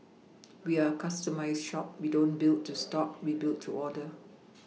we are a customised shop we don't build to stock we build to order